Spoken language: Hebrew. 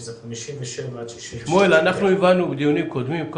שזה 57 עד 68. הבנו בדיונים קודמים,